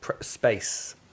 space